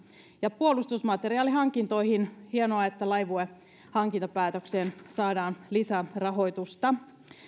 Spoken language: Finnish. ja puolustusmateriaalihankintoihin hienoa että laivue kaksituhattakaksikymmentä hankintapäätökseen saadaan lisärahoitusta